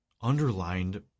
underlined